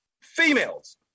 females